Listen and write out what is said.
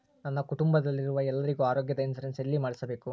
ನನ್ನ ಕುಟುಂಬದಲ್ಲಿರುವ ಎಲ್ಲರಿಗೂ ಆರೋಗ್ಯದ ಇನ್ಶೂರೆನ್ಸ್ ಎಲ್ಲಿ ಮಾಡಿಸಬೇಕು?